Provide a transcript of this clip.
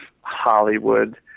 Hollywood